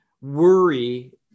worry